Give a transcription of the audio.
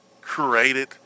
created